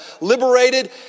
liberated